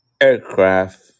aircraft